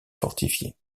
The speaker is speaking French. fortifiée